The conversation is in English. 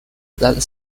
that